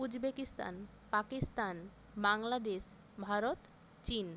Uzbekistan Pakistan Bangladesh Bharat চীন